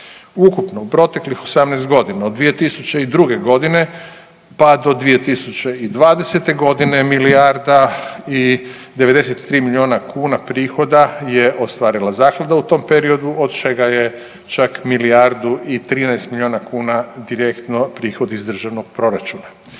Ukupno u proteklih 18.g. od 2002.g., pa do 2020.g. milijarda i 93 milijuna kuna prihoda je ostvarila zaklada u tom periodu, od čega je čak milijardu i 13 milijuna kuna direktno prihod iz državnog proračuna.